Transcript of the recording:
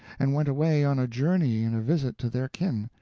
and went away on a journey and a visit to their kin,